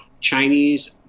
Chinese